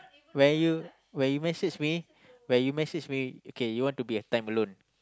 when you when you message me when you message me okay you want to be a time alone